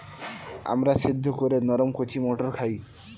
আমরা সেদ্ধ করে নরম কচি মটর খাই